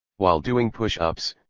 while doing push ups,